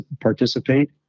participate